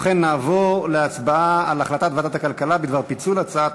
נעבור להצבעה על החלטת ועדת הכלכלה בדבר פיצול הצעת